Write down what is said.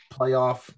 playoff